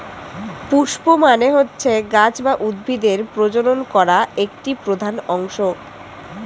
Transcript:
পুস্প মানে হচ্ছে গাছ বা উদ্ভিদের প্রজনন করা একটি প্রধান অংশ